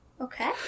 Okay